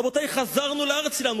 רבותי, חזרנו לארץ שלנו.